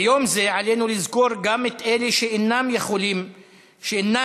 ביום זה עלינו לזכור גם את אלה שאינם יכולים להרשות